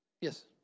yes